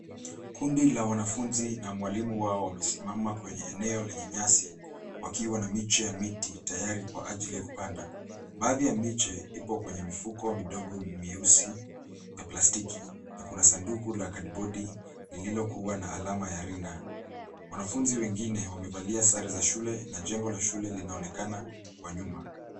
Kundi la wanafunzi na mwalimu wao wamesimama kwenye eneo lenye nyasi wakiwa na miche ya miti tayari kwa ajili ya kupanda. Baadhi ya miche iko kwenye mifuko midogo myeusi na plastiki na kuna sanduku la kadibodi lililokiwa na alama ya rina. Wanafunzi wengine wamevalia sare za shule na jengo la shule linaonekana kwa nyuma.